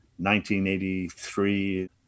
1983